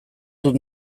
dut